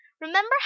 remember